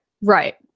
Right